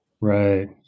right